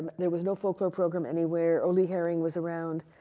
there was no folklore program anywhere. only hering was around.